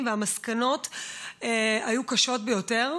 המסקנות היו קשות ביותר,